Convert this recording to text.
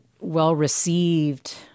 well-received